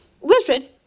Wilfred